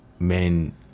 men